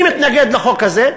מי מתנגד לחוק הזה,